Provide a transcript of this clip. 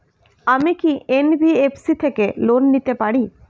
আমি কি এন.বি.এফ.সি থেকে লোন নিতে পারি?